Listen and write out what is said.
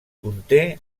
conté